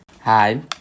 Hi